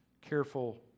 careful